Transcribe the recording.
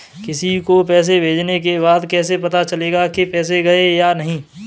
किसी को पैसे भेजने के बाद कैसे पता चलेगा कि पैसे गए या नहीं?